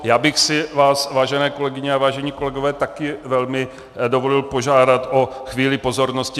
Já bych si vás, vážené kolegyně a vážení kolegové, také velmi dovolil požádat o chvíli pozornosti.